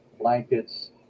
blankets